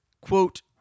quote